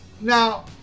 Now